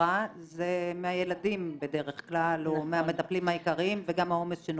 במשפחה זה מהילדים בדרך כלל או מהמטפלים העיקריים וגם העומס שנופל.